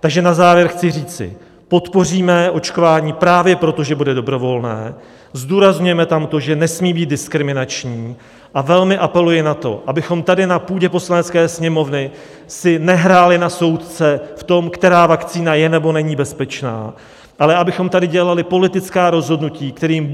Takže na závěr chci říci, podpoříme očkování právě proto, že bude dobrovolné, zdůrazňujeme tam to, že nesmí být diskriminační, a velmi apeluji na to, abychom tady na půdě Poslanecké sněmovny si nehráli na soudce v tom, která vakcína je nebo není bezpečná, ale abychom tady dělali politická rozhodnutí, kterým